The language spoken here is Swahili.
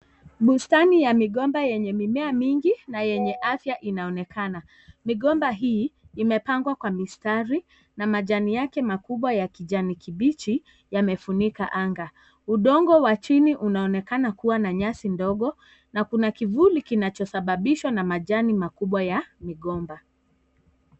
Bustani ya migomba yenye mimea mingi na yenye afya inaonekana. Migomba hii imepangwa kwa mistari, na majani yake makubwa ya kijani kibichi yamefunika anga. Udongo wa chini unaonekana kuwa na nyasi ndogo, na kuna kivuli kinachosababishwa na majani makuwa ya migomba.